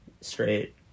straight